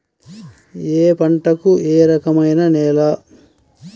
ఏ పంటకు ఏ రకమైన నేల?